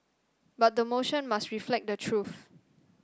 but the motion must reflect the truth